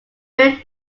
will